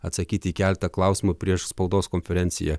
atsakyti į keletą klausimų prieš spaudos konferenciją